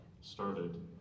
started